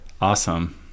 awesome